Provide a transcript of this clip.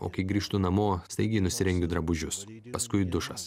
o kai grįžtu namo staigiai nusirengiu drabužius paskui dušas